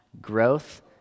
growth